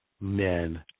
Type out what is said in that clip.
Men